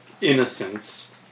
innocence